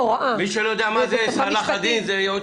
מי שלא יודע מה זה צלאח א-דין, זה יועץ משפטי.